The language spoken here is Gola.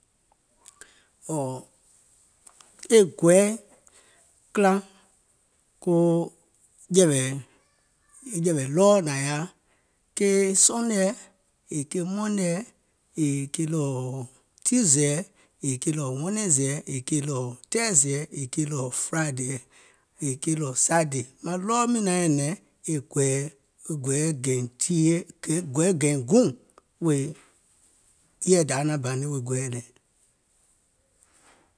Ɔ̀ɔ̀ e gɔɛɛ kìla koo jɛ̀wɛ̀, jɛ̀wɛ̀ nɔɔnɔŋ nȧŋ yaȧ, ke sɔnèɛ, mɔnèɛ, yèè ke ɗɔ̀ɔ̀ tiuzèɛ, yèè ke ɗɔ̀ɔ̀ wɛnɛnzèɛ, yèè ke ɗɔ̀ɔ̀ tɛɛ̀zèɛ yèè ke ɗɔ̀ɔ̀ fridayɛ, yèè ke ɗɔ̀ɔ̀ saidè maŋ ɗɔɔ miiŋ naŋ nyɛ̀nɛ̀ŋ.